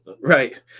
right